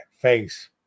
face